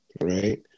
Right